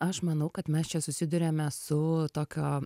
aš manau kad mes čia susiduriame su tokio